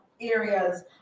areas